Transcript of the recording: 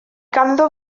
ganddo